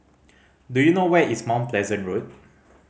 do you know where is Mount Pleasant Road